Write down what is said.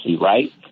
right